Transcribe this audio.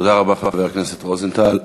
תודה רבה, חבר הכנסת רוזנטל.